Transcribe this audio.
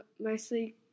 mostly